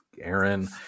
Aaron